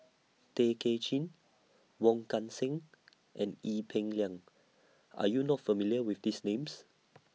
Tay Kay Chin Wong Kan Seng and Ee Peng Liang Are YOU not familiar with These Names